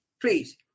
please